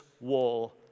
wall